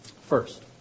First